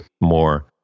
more